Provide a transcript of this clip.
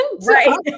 Right